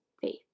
faith